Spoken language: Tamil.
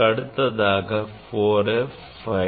இதற்கு அடுத்ததாக 4f 5d